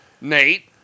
Nate